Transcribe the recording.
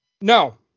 No